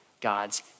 God's